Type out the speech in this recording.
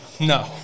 No